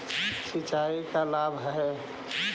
सिंचाई का लाभ है?